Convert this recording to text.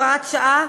הוראת שעה,